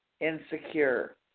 insecure